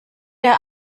der